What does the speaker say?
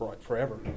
forever